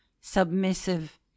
submissive